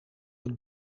het